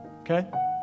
Okay